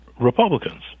Republicans